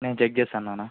నేను చెక్ చేస్తాను నాన్నా